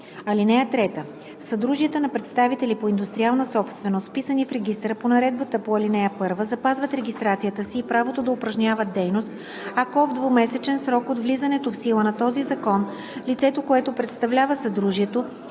изпит. (3) Съдружията на представители по индустриална собственост, вписани в регистъра по наредбата по ал. 1, запазват регистрацията си и правото да упражняват дейност, ако в двумесечен срок от влизането в сила на този закон лицето, което представлява съдружието,